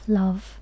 love